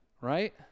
Right